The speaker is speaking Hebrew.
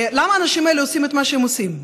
למה האנשים האלה עושים את מה שהם עושים,